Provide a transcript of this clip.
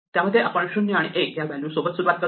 त्यामध्ये आपण 0 आणि 1 या व्हॅल्यू सोबत सुरुवात करतो